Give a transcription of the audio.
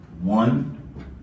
one